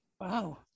Wow